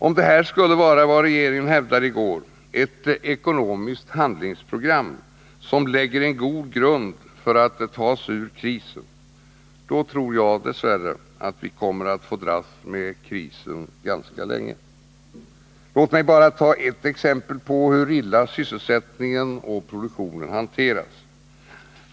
Om det här skulle vara vad regeringen hävdade i går, ett ekonomiskt handlingsprogram som lägger en god grund för att ta oss ur krisen, då tror jag dess värre att vi kommer att få dras med krisen ganska länge. Låt mig bara ta ett exempel på hur illa sysselsättningen och produktionen hanteras.